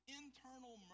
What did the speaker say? internal